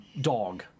dog